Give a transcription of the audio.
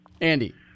Andy